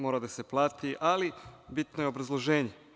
Mora da se plati, ali bitno je obrazloženje.